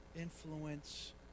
influence